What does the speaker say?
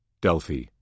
Delphi